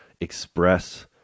express